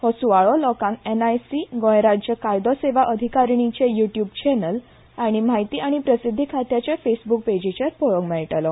हो सुवाळो लोकांक पळल गोय राज्य कायदो सेवा अधिकारीणीचे यु ट्युब चॅनल आनी म्हायती आनी प्रसिद्धी खात्याच्या फेसबूक पेजीचेर पळोवंक मेळटलो